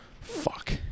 Fuck